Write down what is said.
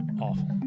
Awful